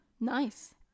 nice